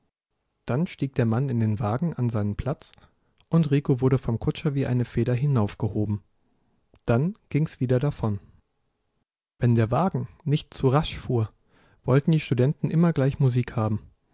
dann stieg der mann in den wagen an seinen platz und rico wurde vom kutscher wie eine feder hinaufgehoben dann ging's wieder davon wenn der wagen nicht zu rasch fuhr wollten die studenten immer gleich musik haben